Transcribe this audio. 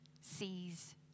sees